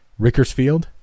Rickersfield